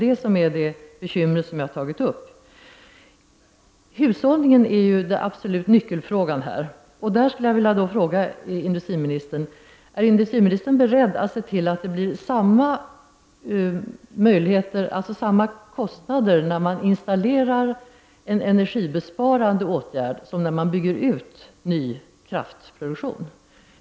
Det är detta bekymmer som jag har tagit upp. Hushållningen är den absoluta nyckelfrågan. Är industriministern beredd att se till att det blir samma kostnader för investering i en energibesparande åtgärd som när man bygger ut ny kraftproduktion?